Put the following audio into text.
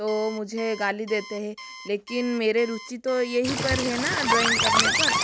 तो मुझे गाली देते है लेकिन मेरे रुची तो यही पर है न ड्रॉइंग करने पर